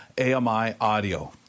AMI-audio